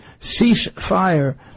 ceasefire